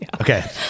okay